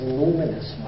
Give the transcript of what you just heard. luminous